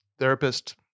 Therapist